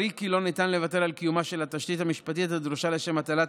ברי כי לא ניתן לוותר על קיומה של התשתית המשפטית הדרושה לשם הטלת